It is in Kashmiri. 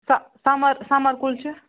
سَہ سَمَر سَمَر کُلچہٕ